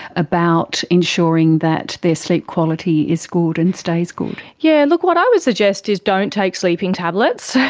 about ensuring that their sleep quality is good and stays good? yeah look, what i would suggest is don't take sleeping tablets.